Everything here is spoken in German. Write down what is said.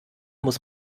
muss